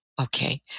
Okay